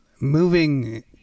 moving